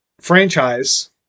franchise